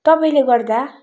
तपाईँले गर्दा